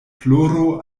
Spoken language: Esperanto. ploro